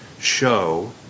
show